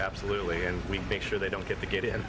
absolutely and we make sure they don't get to get in